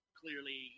clearly